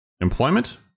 Employment